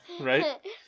Right